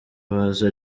baza